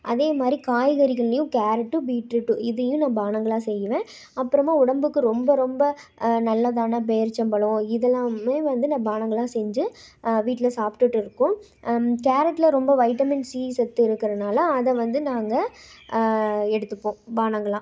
அதே மாரி காய்கறிகள்லேயும் கேரட்டு பீட்ரூட்டு இதையும் நான் பானங்களாக செய்யுவேன் அப்புறமா உடம்புக்கு ரொம்ப ரொம்ப நல்லதான் பேரிச்சப்பழம் இதெல்லாம் வந்து நான் பானங்களா செஞ்சு வீட்டில் சாப்பிட்டுட்டு இருக்கோம் கேரட்டில் ரொம்ப வைட்டமின் சி சத்து இருக்கிறனால அதை வந்து நாங்கள் எடுத்துப்போம் பானங்களாக